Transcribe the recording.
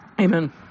amen